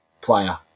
player